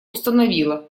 установила